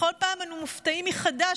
בכל פעם אנו מופתעים מחדש,